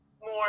more